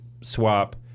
swap